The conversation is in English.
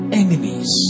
enemies